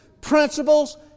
principles